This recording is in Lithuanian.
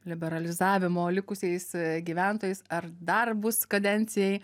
liberalizavimo likusiais gyventojais ar darbus kadencijai